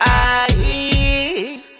eyes